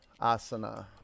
asana